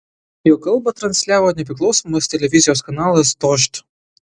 jo kalbą transliavo nepriklausomas televizijos kanalas dožd